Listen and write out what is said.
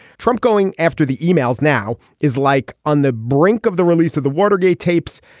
trump going after the emails now is like on the brink of the release of the watergate tapes.